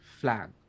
flag